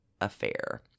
affair